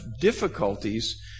difficulties